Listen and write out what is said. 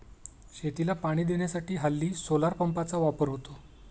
शेतीला पाणी देण्यासाठी हल्ली सोलार पंपचा वापर होतो